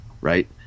right